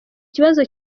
kibazo